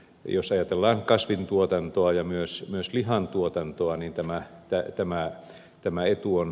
jos ajatellaan kasvintuotantoa ja myös lihantuotantoa niin tämä etu on ilmeinen